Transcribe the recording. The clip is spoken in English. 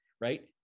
right